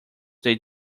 they